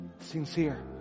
sincere